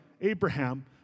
Abraham